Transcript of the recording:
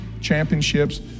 championships